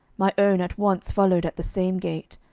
my own at once followed at the same gait,